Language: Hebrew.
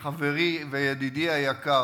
חברי וידידי היקר,